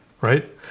Right